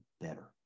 better